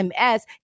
MS